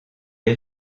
est